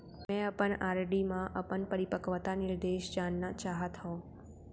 मै अपन आर.डी मा अपन परिपक्वता निर्देश जानना चाहात हव